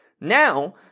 Now